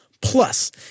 Plus